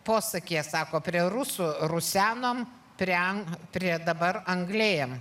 posakyje sako prie rusų rusenom prie an prie dabar anglėjam